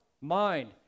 mind